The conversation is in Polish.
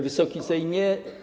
Wysoki Sejmie!